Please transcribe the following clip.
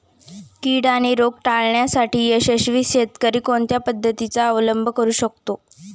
कीड आणि रोग टाळण्यासाठी यशस्वी शेतकरी कोणत्या पद्धतींचा अवलंब करू शकतो?